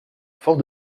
fort